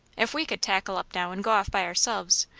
if we could tackle up, now, and go off by ourselves,